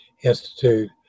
Institute